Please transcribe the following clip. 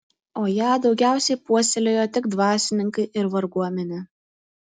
o ją daugiausiai puoselėjo tik dvasininkai ir varguomenė